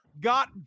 got